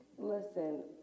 Listen